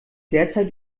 derzeit